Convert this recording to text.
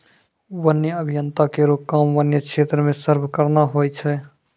वन्य अभियंता केरो काम वन्य क्षेत्र म सर्वे करना होय छै